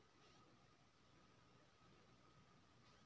Bill केतना बाँकी छै देख सके छियै?